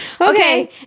Okay